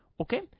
Okay